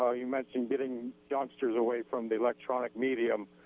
ah you mentioned getting youngsters away from the electronic medium.